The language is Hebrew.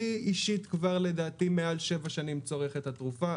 אני אישית כבר לדעתי מעל שבע שנים צורך את התרופה.